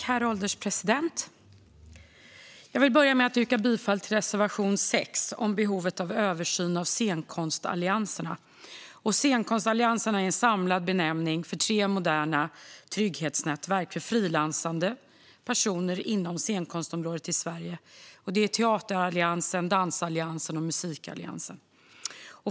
Herr ålderspresident! Jag vill börja med att yrka bifall till reservation 6 om behovet av översyn av scenkonstallianserna. Scenkonstallianserna är en samlad benämning för tre moderna trygghetsnätverk för frilansande personer inom scenkonstområdet i Sverige: Teateralliansen, Dansalliansen och Musikalliansen.